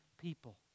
people